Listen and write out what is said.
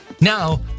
now